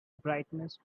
brightness